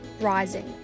rising